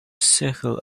circle